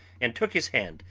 and took his hand,